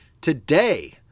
Today